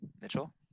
Mitchell